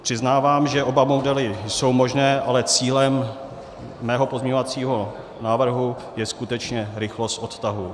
Přiznávám, že oba modely jsou možné, ale cílem mého pozměňovacího návrhu je skutečně rychlost odtahu.